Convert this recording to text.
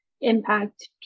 impact